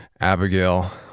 Abigail